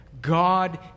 God